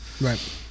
Right